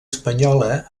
espanyola